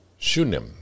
Shunim